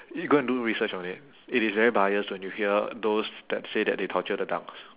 you go and do research on it it is very biased when you hear those that say that they torture the ducks